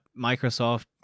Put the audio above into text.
Microsoft